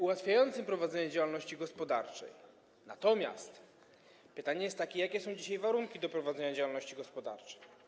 ułatwiającym prowadzenie działalności gospodarczej, natomiast pytanie jest takie, jakie są dzisiaj warunki do prowadzenia działalności gospodarczej.